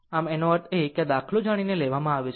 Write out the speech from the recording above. આમ આ તેનો અર્થ એ કે આ દાખલો જાણી જોઈને લેવામાં આવ્યો છે